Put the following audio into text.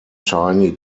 tiny